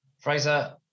Fraser